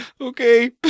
Okay